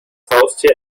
haustier